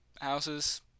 houses